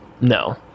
No